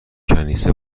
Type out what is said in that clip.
کنیسه